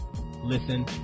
listen